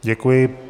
Děkuji.